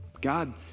God